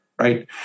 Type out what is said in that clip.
right